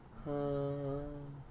he